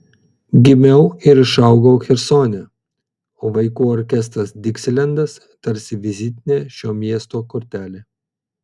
gimiau ir išaugau chersone o vaikų orkestras diksilendas tarsi vizitinė šio miesto kortelė